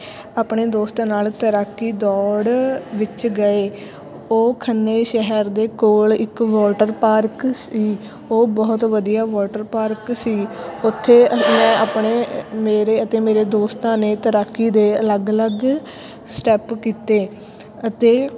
ਆਪਣੇ ਦੋਸਤਾਂ ਨਾਲ਼ ਤੈਰਾਕੀ ਦੌੜ ਵਿੱਚ ਗਏ ਉਹ ਖੰਨੇ ਸ਼ਹਿਰ ਦੇ ਕੋਲ ਇੱਕ ਵਾਟਰ ਪਾਰਕ ਸੀ ਉਹ ਬਹੁਤ ਵਧੀਆ ਵਾਟਰ ਪਾਰਕ ਸੀ ਉੱਥੇ ਮੈਂ ਆਪਣੇ ਮੇਰੇ ਅਤੇ ਮੇਰੇ ਦੋਸਤਾਂ ਨੇ ਤੈਰਾਕੀ ਦੇ ਅਲੱਗ ਅਲੱਗ ਸਟੈੱਪ ਕੀਤੇ ਅਤੇ